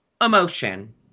emotion